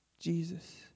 Jesus